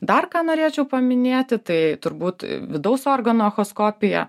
dar ką norėčiau paminėti tai turbūt vidaus organų echoskopija